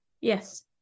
Yes